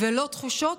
ולא תחושות,